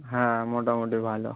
হ্যাঁ মোটামুটি ভালো